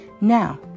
Now